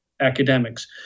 academics